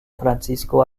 francisco